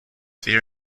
fear